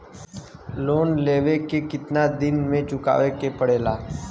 Loan लेवे के कितना दिन मे चुकावे के पड़ेला?